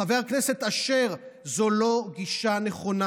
חבר הכנסת אשר, זאת לא גישה נכונה.